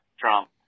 Trump